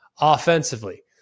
offensively